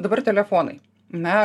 dabar telefonai na